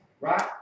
right